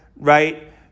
right